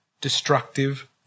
destructive